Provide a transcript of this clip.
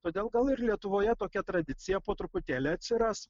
todėl gal ir lietuvoje tokia tradicija po truputėlį atsiras